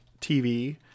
tv